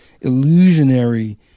illusionary